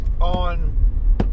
on